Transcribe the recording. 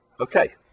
Okay